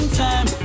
time